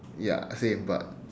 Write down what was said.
ya same but